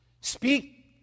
Speak